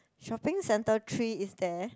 shopping centre three is there